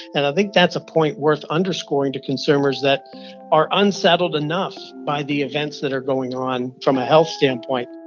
and i think that's a point worth underscoring to consumers that are unsettled enough by the events that are going on from a health standpoint